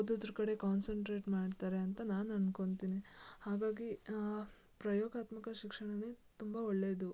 ಓದೋದ್ರ್ ಕಡೆ ಕಾನ್ಸಂಟ್ರೆಟ್ ಮಾಡ್ತಾರೆ ಅಂತ ನಾನು ಅನ್ಕೊತಿನಿ ಹಾಗಾಗಿ ಪ್ರಯೋಗಾತ್ಮಕ ಶಿಕ್ಷಣವೇ ತುಂಬ ಒಳ್ಳೇದು